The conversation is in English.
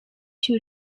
two